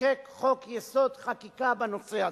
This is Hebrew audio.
לחוקק את חוק-יסוד: החקיקה בנושא הזה.